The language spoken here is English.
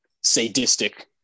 sadistic